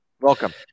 welcome